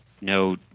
no